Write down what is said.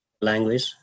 language